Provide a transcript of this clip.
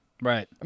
Right